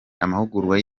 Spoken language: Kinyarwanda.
amahugurwa